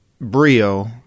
Brio